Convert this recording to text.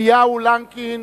אליהו לנקין,